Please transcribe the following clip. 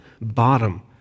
bottom